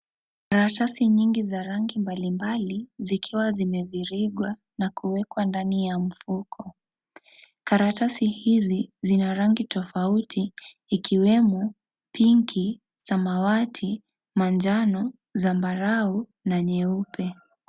Karatasi nyingi za rangi mbalimbali, zikiwa zimevirigwa na kuwekwa ndani ya mfuko. Karatasi hizi, zina rangi tofauti, ikiwemo pinki, samawati, manjano, zambarau na nyeupe.